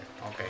Okay